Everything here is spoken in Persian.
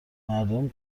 مردم